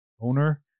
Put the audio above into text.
owner